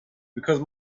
because